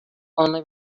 only